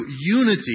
unity